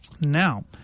Now